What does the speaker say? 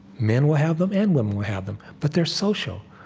men will have them, and women will have them. but they're social.